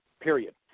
period